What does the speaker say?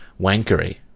wankery